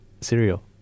cereal